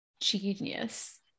genius